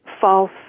false